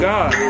God